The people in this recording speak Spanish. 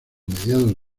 mediados